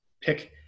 pick